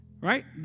right